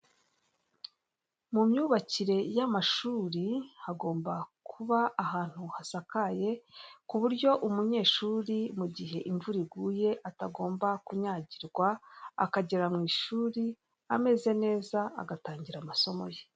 Mumyubakire y' amashuri hagomba kuba ahantu hasakaye kuburyo umunyeshuri mugihe imvura iguye atagomba kunyagirwa agatangra amasomo ye.